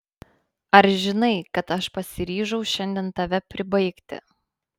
ar žinai kad aš pasiryžau šiandien tave pribaigti